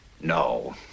No